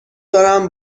دارم